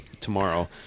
tomorrow